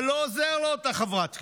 אבל זה לא עוזר לאותה חברת כנסת.